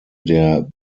der